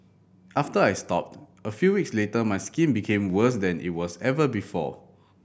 after I stopped a few weeks later my skin became worse than it was ever before